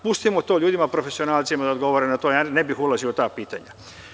Pustimo ljudima profesionalcima da odgovore na to, ja ne bih ulazio u ta pitanja.